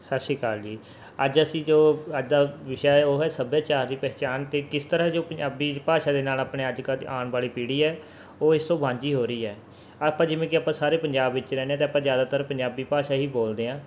ਸਤਿ ਸ਼੍ਰੀ ਅਕਾਲ ਜੀ ਅੱਜ ਅਸੀਂ ਜੋ ਅੱਜ ਦਾ ਵਿਸ਼ਾ ਹੈ ਉਹ ਹੈ ਸੱਭਿਆਚਾਰ ਦੀ ਪਹਿਚਾਣ ਅਤੇ ਕਿਸ ਤਰ੍ਹਾਂ ਜੋ ਪੰਜਾਬੀ ਦੀ ਭਾਸ਼ਾ ਦੇ ਨਾਲ ਆਪਣੇ ਅੱਜ ਕੱਲ੍ਹ ਦੀ ਆਉਣ ਵਾਲੀ ਪੀੜ੍ਹੀ ਹੈ ਉਹ ਇਸ ਤੋਂ ਵਾਂਝੀ ਹੋ ਰਹੀ ਹੈ ਆਪਾਂ ਜਿਵੇਂ ਕਿ ਆਪਾਂ ਸਾਰੇ ਪੰਜਾਬ ਵਿੱਚ ਰਹਿੰਦੇ ਹਾਂ ਅਤੇ ਆਪਾਂ ਜ਼ਿਆਦਾਤਰ ਪੰਜਾਬੀ ਭਾਸ਼ਾ ਹੀ ਬੋਲਦੇ ਹਾਂ